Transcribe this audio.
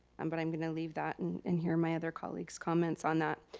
um but i'm gonna leave that and and hear my other colleagues comments on that.